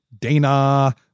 Dana